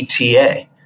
ETA